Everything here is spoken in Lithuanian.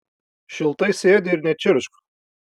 šiltai sėdi ir nečirkšk